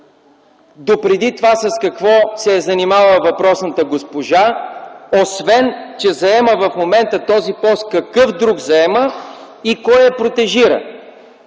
допреди това с какво се е занимавала въпросната госпожа, освен че заема в момента този пост, какъв друг заема и кой я протежира.